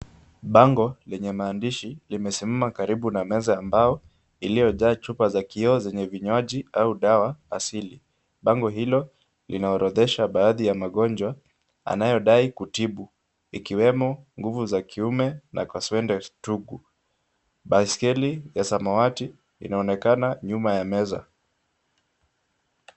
Bango lenye maandishi limesimama karibu na meza ya mbao iliyojaa chupa za kioo zenye vinywaji au dawa asili. Bango hilo linaorodhesha baadhi ya magonjwa anayodai kutibu ikiwemo nguvu za kiume na kaswende sugu. Baiskeli ya samawati inaonekana nyuma ya meza.